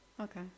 Okay